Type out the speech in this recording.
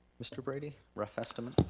mr. brady? rough estimate?